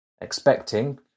expecting